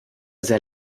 sehr